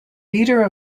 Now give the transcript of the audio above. leader